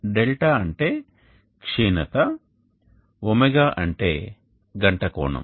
δ అంటే క్షీణత ω అంటే గంట కోణం